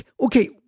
okay